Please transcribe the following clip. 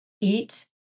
eat